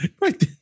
Right